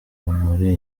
bamuri